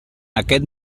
aquest